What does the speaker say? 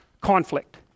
conflict